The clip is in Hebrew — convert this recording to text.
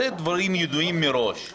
אלה דברים ידועים מראש.